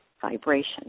vibration